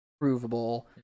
provable